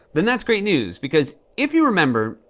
then that's great news, because if you remember,